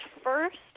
first